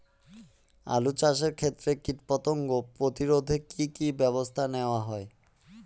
আলু চাষের ক্ষত্রে কীটপতঙ্গ প্রতিরোধে কি কী ব্যবস্থা নেওয়া হয়?